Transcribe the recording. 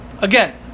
Again